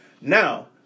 Now